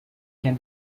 can